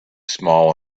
small